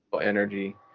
energy